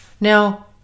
Now